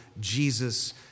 Jesus